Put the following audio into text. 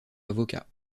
avocat